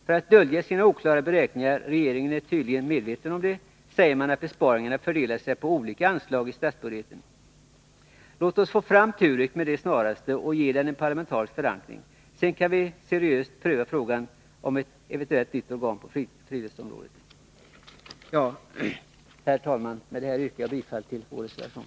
För att dölja sina oklara beräkningar — regeringen är tydligen medveten om detta — säger man att besparingarna fördelar sig på olika anslag i statsbudgeten. Låt oss ta fram TUREK med det snaraste och ge den en parlamentarisk förankring. Sedan kan vi seriöst pröva frågan om ett eventuellt nytt organ på friluftsområdet. Herr talman! Med detta yrkar jag bifall till vår reservation.